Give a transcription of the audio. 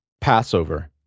Passover